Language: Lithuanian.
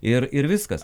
ir ir viskas